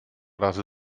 razy